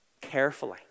carefully